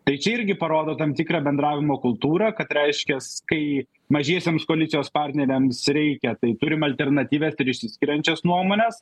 tai čia irgi parodo tam tikrą bendravimo kultūrą kad reiškias kai mažiesiems koalicijos partneriams reikia tai turime alternatyvias ir išsiskiriančias nuomones